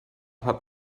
hat